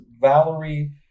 valerie